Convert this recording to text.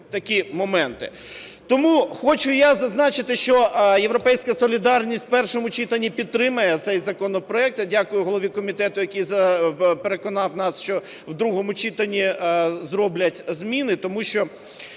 Тому хочу я зазначити, що "Європейська солідарність" у першому читанні підтримає цей законопроект. Я дякую голові комітету, який переконав нас, що в другому читанні зроблять зміни. Тому що